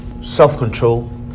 Self-control